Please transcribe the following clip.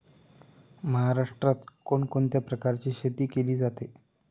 महाराष्ट्रात कोण कोणत्या प्रकारची शेती केली जाते?